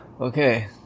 Okay